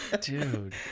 dude